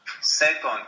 Second